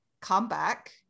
comeback